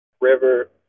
river